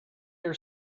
you